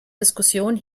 diskussion